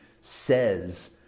says